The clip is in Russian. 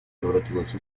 превратилась